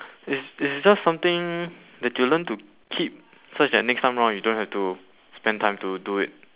it's it's just something that you learn to keep such that next time round you don't have to spend time to do it